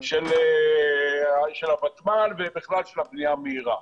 של הוותמ"ל ובכלל של הבנייה המהירה.